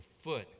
foot